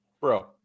bro